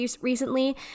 recently